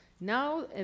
now